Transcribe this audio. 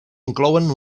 inclouen